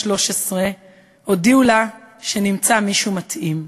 2013 הודיעו לה שנמצא מישהו מתאים,